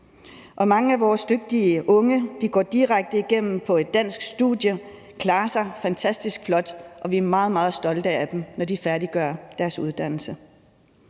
og mange af vores dygtige unge går direkte igennem på et dansk studie og klarer sig fantastisk flot, og vi er meget, meget stolte af dem, når de færdiggør deres uddannelse.